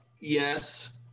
Yes